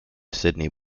sydney